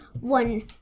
one